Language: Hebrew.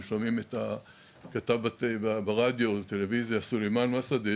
אם שומעים ברדיו או בטלוויזיה את הכתב סולימאן מסוודה,